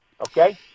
okay